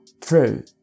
true